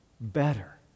better